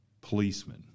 policemen